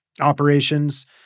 operations